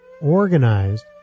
organized